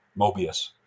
Mobius